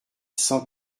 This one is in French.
cent